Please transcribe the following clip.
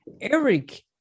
Eric